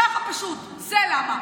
ככה פשוט, זה למה.